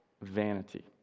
vanity